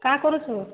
କାଏଁ କରୁଚୁ